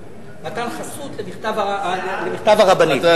נתן חסות למכתב הרבנים.